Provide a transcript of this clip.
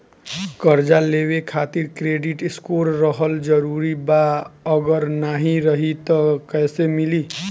कर्जा लेवे खातिर क्रेडिट स्कोर रहल जरूरी बा अगर ना रही त कैसे मिली?